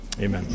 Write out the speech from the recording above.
Amen